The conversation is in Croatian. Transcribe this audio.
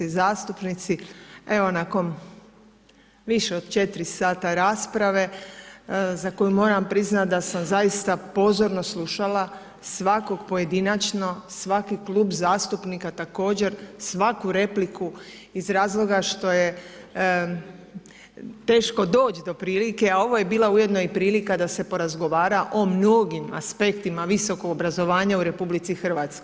zastupnici evo nakon više od 4 sata rasprave, za koju moram priznati da sam zaista pozorno slušala svakog pojedinačno, svaki klub zastupnika također, svaku repliku iz razloga što je teško doći do prilike, a ovoj bila ujedno i prilika da se porazgovara o mnogim aspektima visokog obrazovanja u RH.